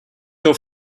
auch